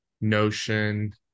Notion